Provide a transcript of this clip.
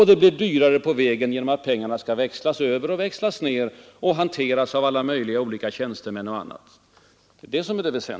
Pengarna blir dyrare på vägen genom att de skall växlas över, växlas ner och hanteras av alla möjliga olika tjänstemän.